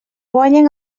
guanyen